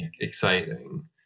Exciting